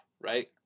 right